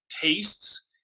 tastes